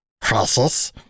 process